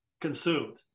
consumed